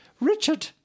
Richard